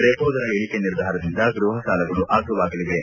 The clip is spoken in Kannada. ರೆಪೊ ದರ ಇಳಿಕೆ ನಿರ್ಧಾರದಿಂದ ಗೃಹ ಸಾಲಗಳು ಅಗ್ಗವಾಗಲಿವೆ